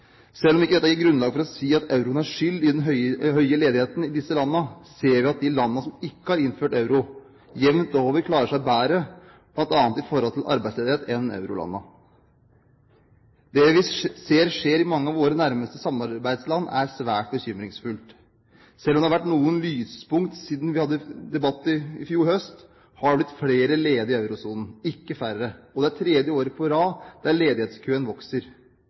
Selv om ikke dette gir grunnlag for å si at euroen har skyld i den høye ledigheten i disse landene, ser vi at de landene som ikke har innført euro, jevnt over klarer seg bedre, bl.a. i forhold til arbeidsledighet, enn eurolandene. Det vi ser skjer i mange av våre nærmeste samarbeidsland, er svært bekymringsfullt. Selv om det har vært noen lyspunkt siden vi hadde debatt i fjor høst, har det blitt flere ledige i eurosonen, ikke færre, og det er tredje året på rad der ledighetskøen vokser.